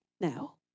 now